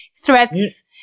threats